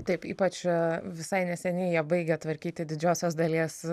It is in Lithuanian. taip ypač visai neseniai jie baigė tvarkyti didžiosios dalies